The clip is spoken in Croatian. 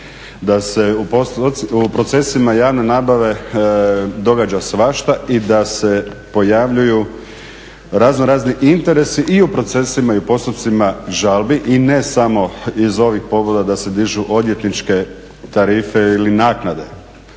da se u procesima javne nabave događa svašta i da se pojavljuju razno razni interesi i u procesima i u postupcima žalbi i ne samo iz ovih … da se dižu odvjetničke tarife ili naknade.